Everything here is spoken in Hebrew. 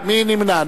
מי נמנע?